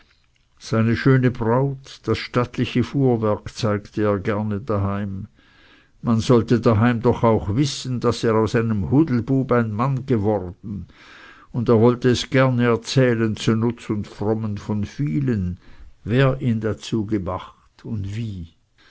seine schöne braut das stattliche fuhrwerk zeigte er gerne daheim man sollte daheim doch auch wissen daß er aus einem hudelbub ein mann geworden und er wollte es gerne erzählen zu nutz und frommen von vielen wer ihn dazu gemacht und wie